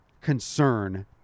concern